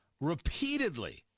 repeatedly